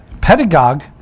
pedagogue